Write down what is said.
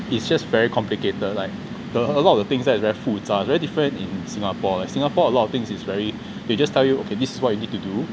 it's just very complicated like the a lot of the things like they're very 复杂 it's very different in singapore like singapore a lot of things is very they just tell you okay this is what you need to do